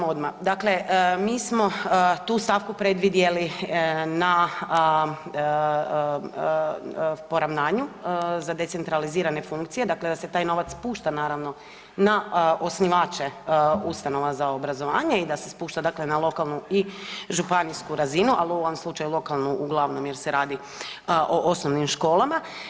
Mi smo tu stavku predvidjeli na poravnanju za decentralizirane funkcije, dakle da se taj novac pušta naravno na osnivače ustanova za obrazovanje i da se spušta, dakle na lokalnu i županijsku razinu, ali u ovom slučaju lokalnu uglavnom jer se radi o osnovnim školama.